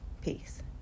Peace